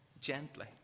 gently